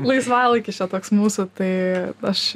laisvalaikis čia toks mūsų tai aš